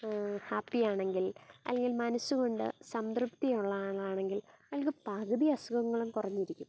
ഹാപ്പിയാണെങ്കിൽ അല്ലെങ്കിൽ മനസ്സ് കൊണ്ട് സംതൃപ്തിയുള്ള ആളാണെങ്കിൽ അയാൾക്ക് പകുതി അസുഖങ്ങളും കുറഞ്ഞിരിക്കും